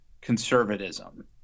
conservatism